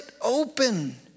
open